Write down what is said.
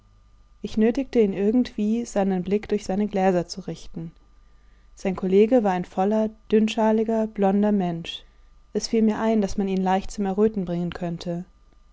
ich nötigte ihn irgendwie seinen blick durch seine gläser zu richten sein kollege war ein voller dünnschaliger blonder mensch es fiel mir ein daß man ihn leicht zum erröten bringen könnte